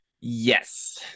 Yes